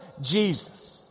Jesus